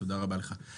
אבל שנים רבות מאריכים